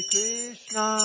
Krishna